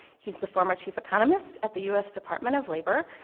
he's the former chief economist at the u s. department of labor,